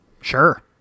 Sure